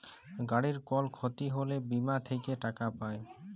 গাড়ির কল ক্ষতি হ্যলে বীমা থেক্যে টাকা পায়